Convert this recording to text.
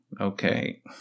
okay